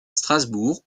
strasbourg